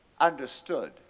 understood